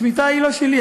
השמיטה היא לא שלי,